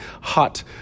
hot